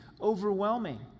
overwhelming